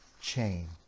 chain